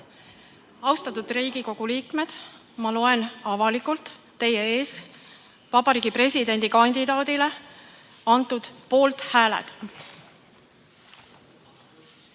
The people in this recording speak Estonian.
Austatud Riigikogu liikmed! Ma loen avalikult teie ees Vabariigi Presidendi kandidaadile antud poolthääled.